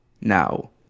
Now